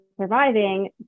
surviving